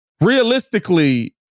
realistically